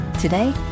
Today